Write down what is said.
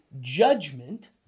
judgment